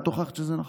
את הוכחת שזה נכון,